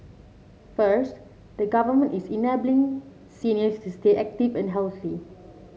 first the Government is enabling seniors to stay active and healthy